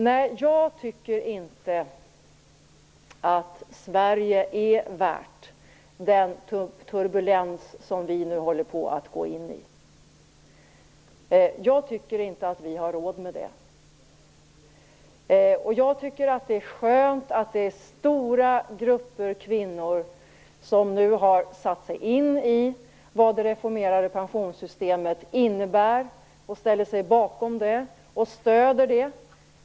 Nej, jag tycker inte att Sverige är värt den turbulens som vi nu håller på att gå in i. Jag tycker inte att vi har råd med det. Det är skönt att stora grupper av kvinnor nu har satt sig in i vad det reformerade pensionssystemet innebär, ställer sig bakom det och stöder det.